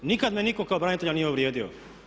Nikad me nitko kao branitelja nije uvrijedio.